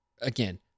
again